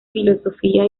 filosofía